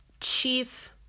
Chief